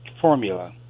formula